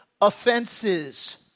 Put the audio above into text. offenses